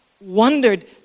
wondered